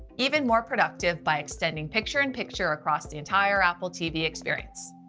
even more productive by extending picture in picture across the entire apple tv experience.